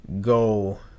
go